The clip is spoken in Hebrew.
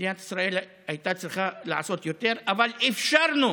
מדינת ישראל הייתה צריכה לעשות יותר, אבל אפשרנו